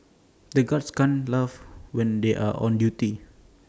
the guards can't laugh when they are on duty